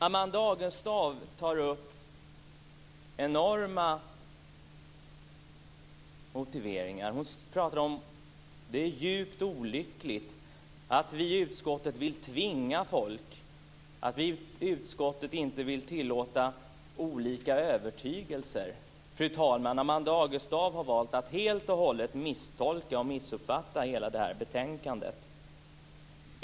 Amanda Agestav säger att det är djupt olyckligt att vi i utskottet vill tvinga folk och att vi i utskottet inte vill tillåta olika övertygelser. Fru talman! Amanda Agestav har valt att helt och hållet misstolka och missuppfatta hela betänkandet.